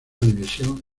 división